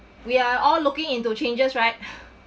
we are all looking into changes right